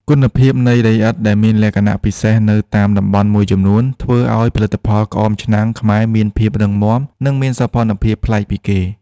គុណភាពនៃដីឥដ្ឋដែលមានលក្ខណៈពិសេសនៅតាមតំបន់មួយចំនួន ធ្វើឱ្យផលិតផលក្អមឆ្នាំងខ្មែរមានភាពរឹងមាំ និងមានសោភ័ណភាពប្លែកពីគេ។